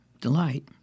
delight